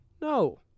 no